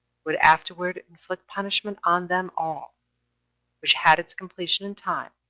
would afterward inflict punishment on them all which had its completion in time,